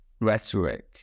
rhetoric